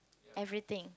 everything